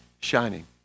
shining